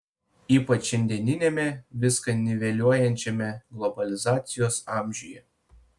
ypač šiandieniame viską niveliuojančiame globalizacijos amžiuje